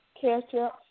ketchup